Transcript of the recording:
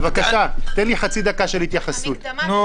איל זנדברג,